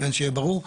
זה שיהיה ברור.